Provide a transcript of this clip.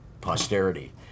posterity